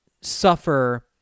suffer